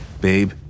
Babe